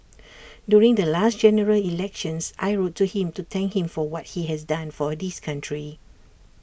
during the last general elections I wrote to him to thank him for what he has done for this country